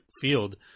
field